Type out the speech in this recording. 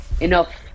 enough